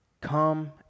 Come